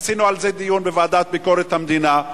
עשינו על זה דיון בוועדת ביקורת המדינה,